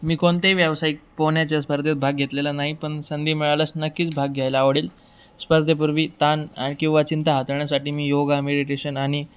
मी कोणत्याही व्यावसायिक पोहण्याच्या स्पर्धेत भाग घेतलेला नाही पण संधी मिळालास नक्कीच भाग घ्यायला आवडेल स्पर्धेपूर्वी ताण किंवा चिंता हाताळण्यासाठी मी योगा मेडिटेशन आणि